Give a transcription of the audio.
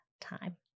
time